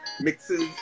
Mixes